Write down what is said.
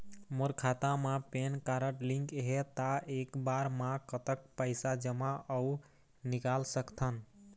मोर खाता मा PAN card link हे ता एक बार मा कतक पैसा जमा अऊ निकाल सकथन?